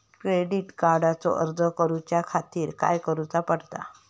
Credit कार्डचो अर्ज करुच्या खातीर काय करूचा पडता?